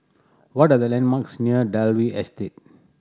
what are the landmarks near Dalvey Estate